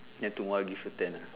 then tomorrow I give you ten lah